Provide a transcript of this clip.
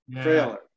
Trailer